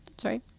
sorry